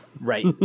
Right